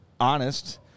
honest